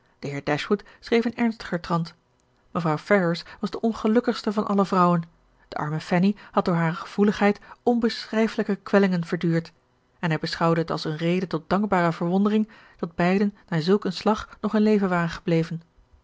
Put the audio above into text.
schreef in ernstiger trant mevrouw ferrars was de ongelukkigste van alle vrouwen de arme fanny had door hare gevoeligheid onbeschrijfelijke kwellingen verduurd en hij beschouwde het als eene reden tot dankbare verwondering dat beiden na zulk een slag nog in leven waren gebleven